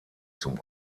zum